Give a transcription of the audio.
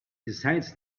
besides